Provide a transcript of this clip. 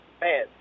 man